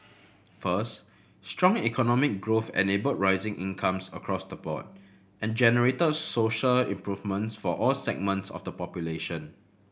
first strong economic growth enabled rising incomes across the board and generated social improvements for all segments of the population